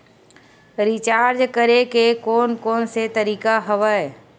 Recharge करे के कोन कोन से तरीका हवय?